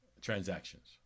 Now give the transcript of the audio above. transactions